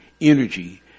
energy